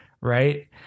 right